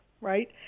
right